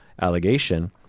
allegation –